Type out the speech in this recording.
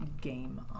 game